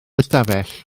ystafell